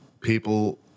people